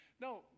no